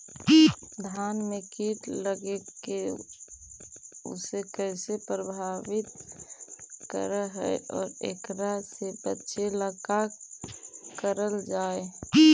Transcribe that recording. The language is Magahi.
धान में कीट लगके उसे कैसे प्रभावित कर हई और एकरा से बचेला का करल जाए?